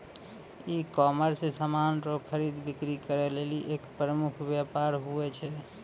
ecommerce समान रो खरीद बिक्री करै लेली एक प्रमुख वेपार हुवै छै